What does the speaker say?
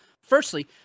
firstly